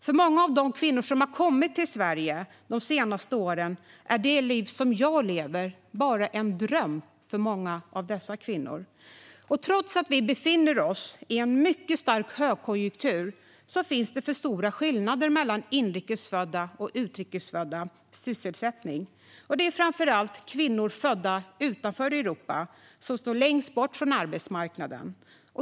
För många av de kvinnor som har kommit till Sverige de senaste åren är det liv som jag lever bara en dröm. Trots att vi befinner oss i en mycket stark högkonjunktur finns det för stora skillnader mellan inrikesfödda och utrikesfödda kvinnors sysselsättning. Det är framför allt kvinnor födda utanför Europa som står längst bort från arbetsmarknaden.